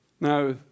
Now